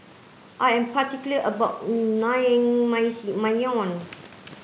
I am particular about